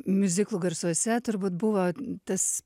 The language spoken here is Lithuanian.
miuziklų garsuose turbūt buvo tas